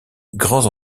grands